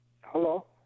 Hello